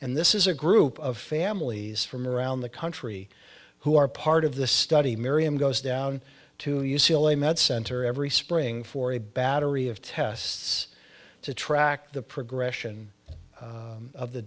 and this is a group of families from around the country who are part of the study miriam goes down to u c l a med center every spring for a battery of tests to track the progression of the